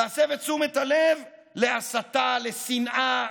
להסתה, לשנאה,